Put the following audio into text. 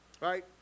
right